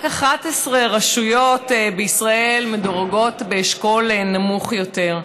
רק 11 רשויות בישראל מדורגות באשכול נמוך יותר.